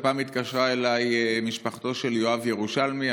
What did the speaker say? הפעם התקשרה אליי משפחתו של יואב ירושלמי,